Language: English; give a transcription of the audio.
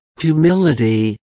humility